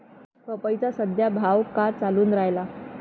पपईचा सद्या का भाव चालून रायला?